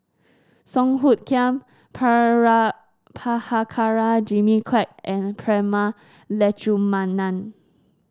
Song Hoot Kiam Prabhakara Jimmy Quek and Prema Letchumanan